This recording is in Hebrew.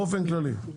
באופן כללי.